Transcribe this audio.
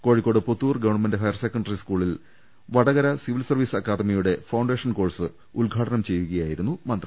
Kozhikode Puthur government higher secondary സ്കൂളിൽ Vadakara civil service അക്കാദമിയുടെ foundation course ഉദ്ഘാടനം ചെയ്യുകയായി രുന്നു മന്ത്രി